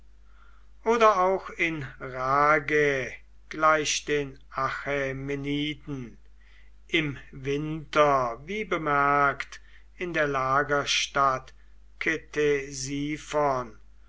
oder auch in rhagae gleich den achämeniden im winter wie bemerkt in der lagerstadt